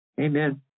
Amen